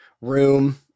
room